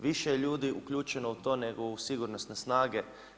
Više je ljudi uključeno u to nego u sigurnosne snage.